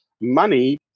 money